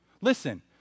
Listen